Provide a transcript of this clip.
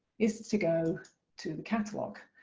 is to go to the catalogue.